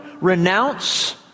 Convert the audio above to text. renounce